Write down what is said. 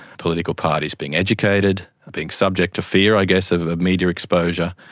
political parties being educated, being subject to fear i guess of media exposure.